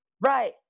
right